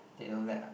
they don't let